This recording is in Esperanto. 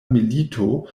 milito